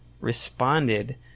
responded